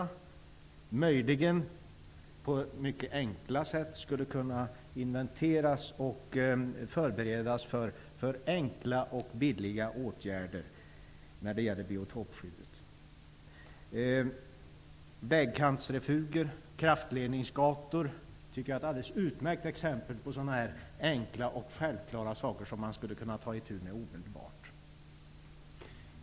De skulle möjligen mycket lätt kunna inventeras och förberedas för enkla och billiga åtgärder när det gäller biotopskyddet. Vägkantsrefuger, kraftledningsgator tycker jag är alldeles utmärkta exempel på enkla och självklara saker som man skulle kunna ta itu med omedelbart.